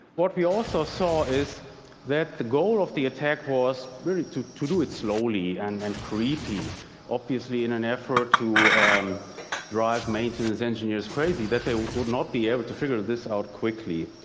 what we also saw is that the goal of the attack was really to to do it slowly and and creepy obviously in an effort to drive maintenance engineers crazy, that they would not be able to figure this out quickly.